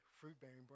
fruit-bearing